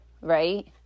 right